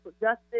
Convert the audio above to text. Justice